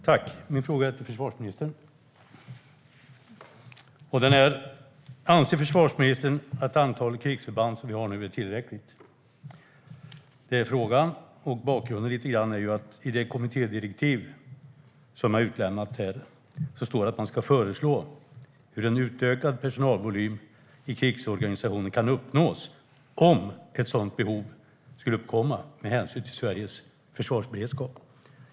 Herr talman! Min fråga är till försvarsministern. Anser försvarsministern att antalet krigsförband vi nu har är tillräckligt? Bakgrunden är att det i det kommittédirektiv som har lämnats står att man ska föreslå hur en utökad personalvolym i krigsorganisationer kan uppnås om ett sådant behov skulle uppkomma med hänsyn till Sveriges försvarsberedskap.